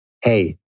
Hey